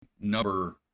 number